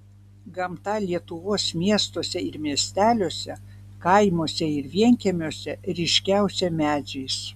gamta lietuvos miestuose ir miesteliuose kaimuose ir vienkiemiuose ryškiausia medžiais